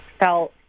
felt